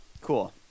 Cool